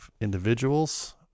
individuals